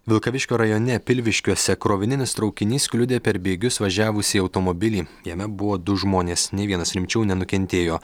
vilkaviškio rajone pilviškiuose krovininis traukinys kliudė per bėgius važiavusį automobilį jame buvo du žmonės nei vienas rimčiau nenukentėjo